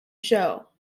show